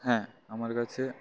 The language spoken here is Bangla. হ্যাঁ আমার কাছে